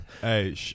Hey